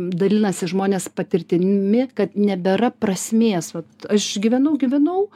dalinasi žmonės patirtimi kad nebėra prasmės vat aš gyvenau gyvenau